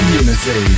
unity